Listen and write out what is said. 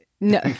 no